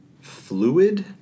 fluid